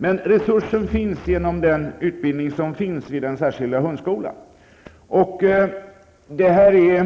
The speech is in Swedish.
Men resurser finns genom utbildningen vid den särskilda hundskolan. Det är